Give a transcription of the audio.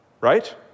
Right